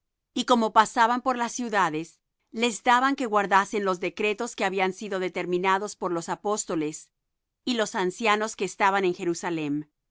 y como pasaban por las ciudades les daban que guardasen los decretos que habían sido determinados por los apóstoles y los ancianos que estaban en jerusalem